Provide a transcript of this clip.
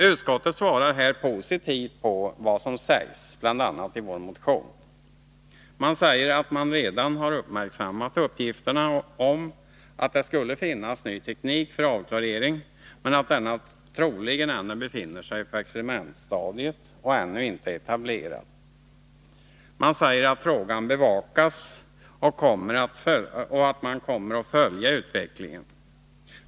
Utskottet svarar här positivt på vad som sägs bl.a. i vår motion. Man säger att man redan har uppmärksammat uppgifterna om att det skulle finnas ny teknik för avklorering, men att denna troligen ännu befinner sig på experimentstadiet och inte är etablerad. Man säger vidare att frågan bevakas och att man kommer att följa utvecklingen.